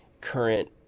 current